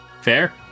Fair